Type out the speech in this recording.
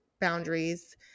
boundaries